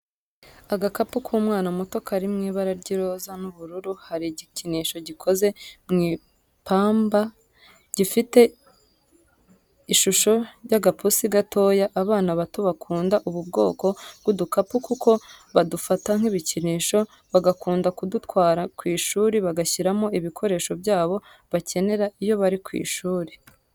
Agakapu k'umwana muto kari mw'ibara ry'iroza n'ubururu hari igikinisho gikoze mu ipamba gifite ishusho y'agapusi gatoya, abana bato bakunda ubu kwoko bw'udukapu kuko badufata nk'ibikinisho bagakunda kudutwara kw'ishuri bagashyiramo ibikoresho byabo bakenera iyo bari ku ishuri.